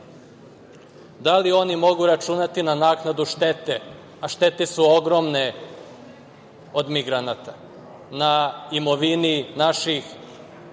da li oni mogu računati na naknadu štete? Štete su ogromne od migranata na imovini naših